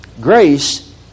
Grace